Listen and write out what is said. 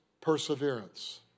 perseverance